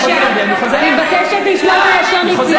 הרי יושבים פה חברי כנסת שלא באו מהדור הקודם,